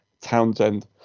Townsend